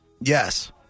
Yes